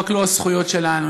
רק לא הזכויות שלנו.